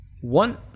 one